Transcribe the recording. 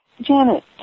Janet